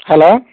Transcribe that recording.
hello